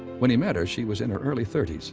when he met her, she was in her early thirty s,